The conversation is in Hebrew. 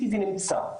נמצא,